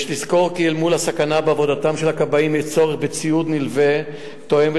יש לזכור כי אל מול הסכנה בעבודתם של הכבאים יש צורך בציוד נלווה תואם,